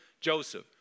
Joseph